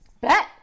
Bet